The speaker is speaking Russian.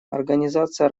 организация